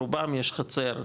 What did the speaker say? רובם יש חצר,